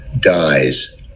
dies